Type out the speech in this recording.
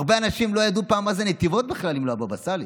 הרבה אנשים לא ידעו פעם מה זה נתיבות בכלל אם לא הבבא סאלי.